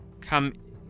come